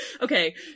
Okay